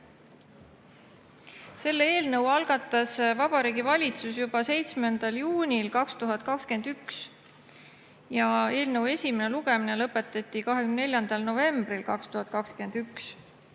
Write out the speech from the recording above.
Eelnõu algatas Vabariigi Valitsus juba 7. juunil 2021 ja esimene lugemine lõpetati 24. novembril 2021.